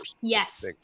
Yes